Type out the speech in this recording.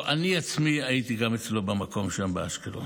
אני עצמי הייתי אצלו במקום שם, באשקלון.